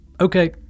Okay